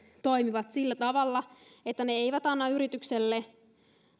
toimivat sillä tavalla että ne eivät anna yritykselle